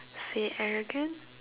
say arrogant